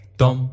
dum